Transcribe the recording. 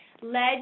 led